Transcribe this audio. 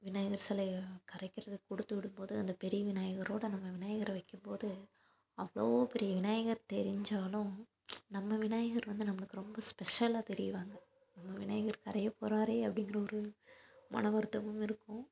விநாயகர் சிலைய கரைக்கிறதுக்கு கொடுத்து விடும்போது அந்த பெரிய விநாயகரோடு நம்ம விநாயகரை வைக்கும்போது அவ்வளோ பெரிய விநாயகர் தெரிஞ்சாலும் நம்ம விநாயகர் வந்து நம்மளுக்கு ரொம்ப ஸ்பெஷலாக தெரிவாங்க நம்ம விநாயகர் கரைய போகிறாரே அப்படிங்கிற ஒரு மன வருத்தமும் இருக்கும்